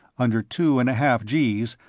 under two and a half gees,